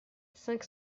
cinq